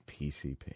PCP